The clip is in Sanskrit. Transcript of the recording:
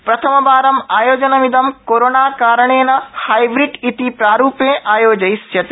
प्रथमवारम् आयोजनमिदं कोरोणाकारणेन हाईब्रिड इति प्रारूपे आयोजिष्यते